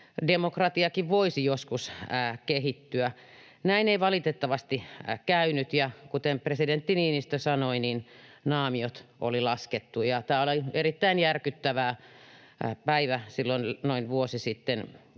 demokratiakin voisi joskus kehittyä. Näin ei valitettavasti käynyt, ja kuten presidentti Niinistö sanoi, naamiot oli laskettu. Tämä oli silloin noin vuosi sitten